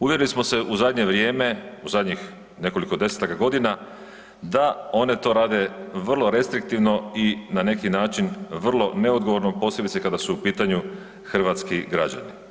Uvjerili smo se u zadnje vrijeme, u zadnjih nekoliko desetaka godina da one to rade vrlo restriktivno i na neki način vrlo neodgovorno, posebice kada su u pitanju hrvatski građani.